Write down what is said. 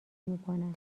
میکنم